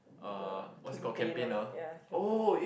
the campaigner ya campaign